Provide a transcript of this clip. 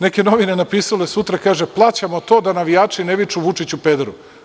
Neke novine napisale sutra, kaže, „Plaćamo to da navijači ne viču Vučiću pederu“